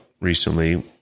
recently